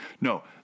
No